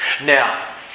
Now